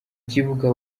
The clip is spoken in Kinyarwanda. kibuga